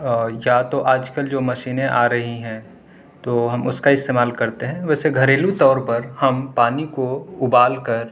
یا تو آج کل جو مشینیں آ رہی ہیں تو ہم اس کا استعمال کرتے ہیں ویسے گھریلو طور پر ہم پانی کو ابال کر